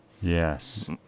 Yes